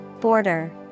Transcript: border